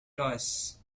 toys